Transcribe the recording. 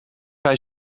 hij